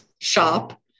shop